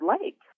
lake